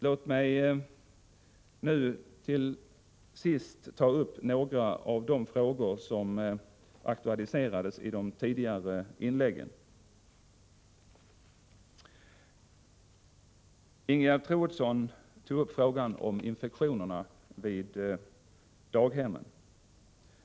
Låt mig nu till sist ta upp några av de frågor som aktualiserades i de tidigare inläggen. Ingegerd Troedsson tog upp frågan om infektionerna vid daghemmen.